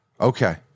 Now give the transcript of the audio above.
Okay